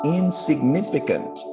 insignificant